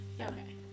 Okay